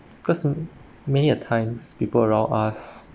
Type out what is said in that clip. cause many a times people around us